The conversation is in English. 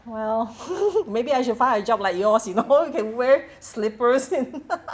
well maybe I should find a job like yours you know you can wear slippers and